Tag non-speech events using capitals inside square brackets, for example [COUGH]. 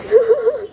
[LAUGHS]